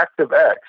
ActiveX